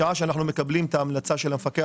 משעה שאנחנו מקבלים את ההמלצה של המפקח